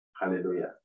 Hallelujah